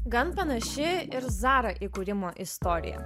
gan panaši ir zara įkūrimo istorija